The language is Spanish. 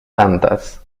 tantas